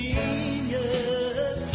Genius